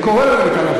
אני קורא לו מכאן.